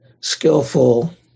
skillful